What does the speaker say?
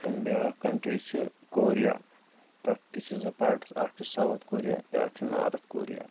بیٛاکھ کَنٹرٛی چھِ کوریا تَتھ تہِ چھِ زٕ پاٹٕس اَکھ چھُ ساوُتھ کوریا بیٛاکھ چھُ نارٕتھ کوریا